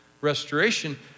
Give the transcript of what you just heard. restoration